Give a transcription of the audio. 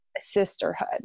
sisterhood